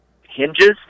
hinges